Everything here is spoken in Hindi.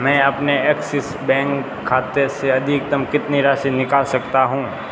मैं अपने एक्सिस बैंक खाते से अधिकतम कितनी राशि निकाल सकता हूँ